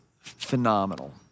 phenomenal